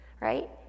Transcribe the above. right